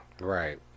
Right